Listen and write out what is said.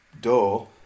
door